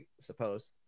suppose